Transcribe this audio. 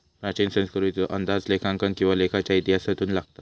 प्राचीन संस्कृतीचो अंदाज लेखांकन किंवा लेखाच्या इतिहासातून लागता